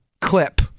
clip